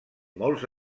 molts